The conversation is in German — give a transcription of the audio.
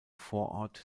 vorort